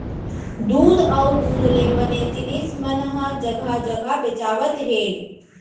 दूद अउ दूद ले बने जिनिस मन ह जघा जघा बेचावत हे